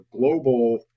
global